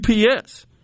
UPS